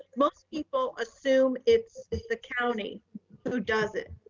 most people assume it's the county who does it.